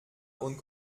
und